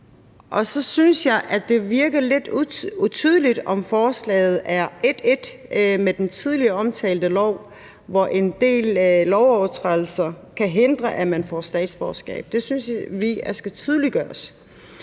Og så synes jeg, at det virker lidt utydeligt, om forslaget er en til en i forhold til den tidligere omtalte lov, hvor en del lovovertrædelser kan hindre, at man får statsborgerskab. Det synes vi skal tydeliggøres.